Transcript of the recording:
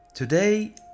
Today